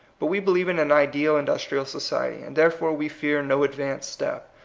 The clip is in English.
but we believe in an ideal industrial society, and therefore we fear no advance step,